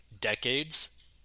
decades